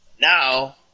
Now